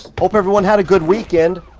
hope everyone had a good weekend.